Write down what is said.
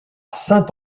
saint